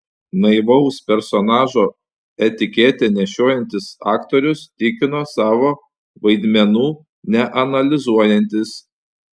naivaus personažo etiketę nešiojantis aktorius tikino savo vaidmenų neanalizuojantis